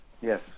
Yes